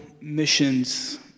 missions